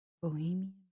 Bohemian